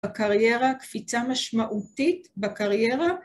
בקריירה, קפיצה משמעותית בקריירה.